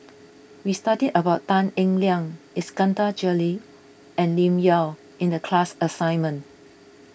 we studied about Tan Eng Liang Iskandar Jalil and Lim Yau in the class assignment